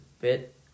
bit